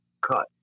cut